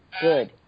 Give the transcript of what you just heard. good